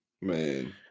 Man